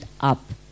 up